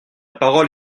parole